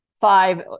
five